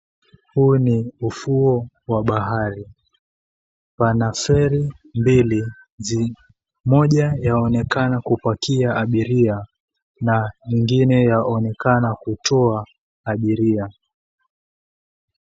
Huu ni ufuo wa bahari. Pana feri mbili moja yaonekana kupakia abiria na lingine yaonekana kutoa abiria.